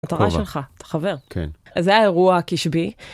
אתה רע שלך, אתה חבר. כן. אז זה האירוע הקשבי.